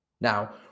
Now